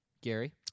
Gary